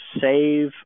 save